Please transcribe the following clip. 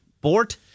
Bort